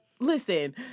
Listen